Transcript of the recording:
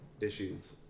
issues